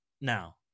now